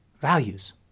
values